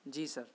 جی سر